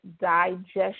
digestion